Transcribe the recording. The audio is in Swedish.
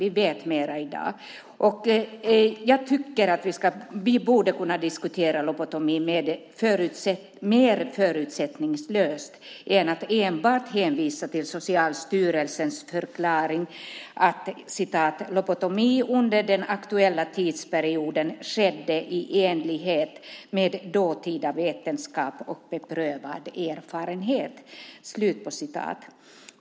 Vi vet mer i dag. Vi borde kunna diskutera lobotomi mer förutsättningslöst i stället för att enbart hänvisa till Socialstyrelsens förklaring att "lobotomi under den aktuella tidsperioden skedde i enlighet med dåtida vetenskap och beprövad erfarenhet".